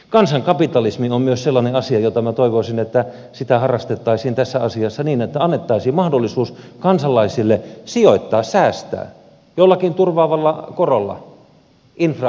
kansankapitalismi on myös sellainen asia jota minä toivoisin että harrastettaisiin tässä asiassa niin että annettaisiin mahdollisuus kansalaisille sijoittaa säästää jollakin turvaavalla korolla infra oyhyn